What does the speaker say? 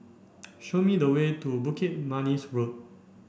show me the way to Bukit Manis Road